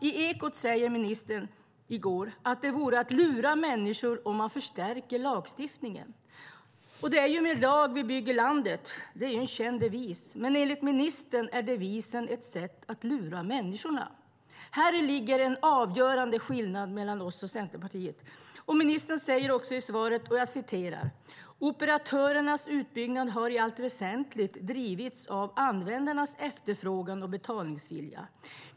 I Ekot i går sade ministern att det vore att lura människor om man förstärker lagstiftningen. Det är med lag vi bygger landet. Det är ju en känd devis. Men enligt ministern är devisen ett sätt att lura människorna. Häri ligger en avgörande skillnad mellan oss och Centerpartiet. Ministern säger också i svaret att "operatörernas utbyggnad har i allt väsentligt drivits av användarnas efterfrågan och betalningsvilja".